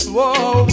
Whoa